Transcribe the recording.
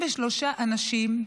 63 אנשים,